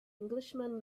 englishman